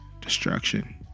destruction